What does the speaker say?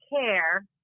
care